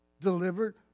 delivered